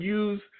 use